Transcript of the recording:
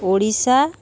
Odisha